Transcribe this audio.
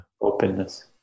openness